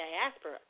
diaspora